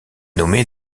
nommé